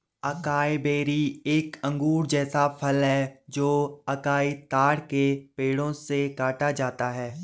acai berry एक अंगूर जैसा फल है जो अकाई ताड़ के पेड़ों से काटा जाता है